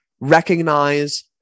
recognize